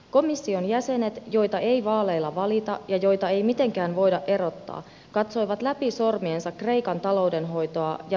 komission jäsenet joita ei vaaleilla valita ja joita ei mitenkään voida erottaa katsoivat läpi sormiensa kreikan taloudenhoitoa ja vääristettyjä lukuja